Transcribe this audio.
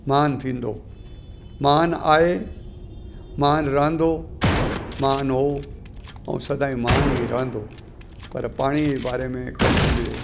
महान थींदो महानु आहे महानु रहंदो महानु हो ऐं सदा ई महानु ई रहंदो पर पाणी जे बारे में कॾहिं बि